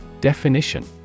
Definition